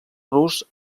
rus